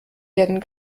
werden